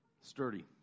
Sturdy